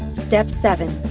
step seven.